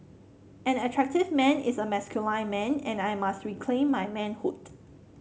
an attractive man is a masculine man and I must reclaim my manhood